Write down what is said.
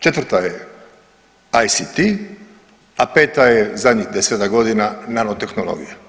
Četvrta je ICT, a peta je zadnjih desetak godina nano tehnologija.